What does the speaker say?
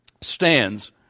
stands